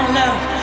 love